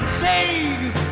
days